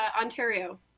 Ontario